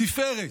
תפארת.